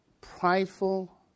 prideful